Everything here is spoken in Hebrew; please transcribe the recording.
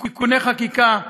תיקוני חקיקה.